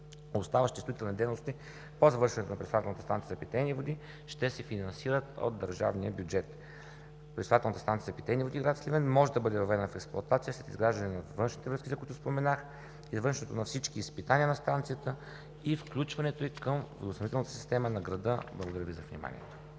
дейности по завършването на пречиствателната станция за питейни води ще се финансират от държавния бюджет. Пречиствателната станция за питейни води – град Сливен, може да бъде въведена в експлоатация след изграждане на външните връзки, за които споменах, извършването на всички изпитания на станцията и включването й към водоснабдителната система на града. Благодаря Ви за вниманието.